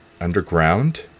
underground